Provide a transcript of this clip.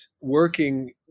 working